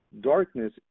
Darkness